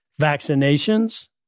vaccinations